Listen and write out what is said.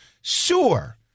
Sure